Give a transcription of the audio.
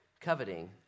coveting